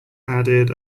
added